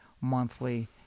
monthly